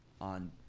on